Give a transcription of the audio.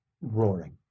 roaring